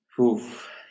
Oof